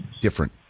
different